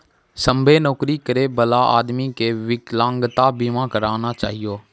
सभ्भे नौकरी करै बला आदमी के बिकलांगता बीमा करना चाहियो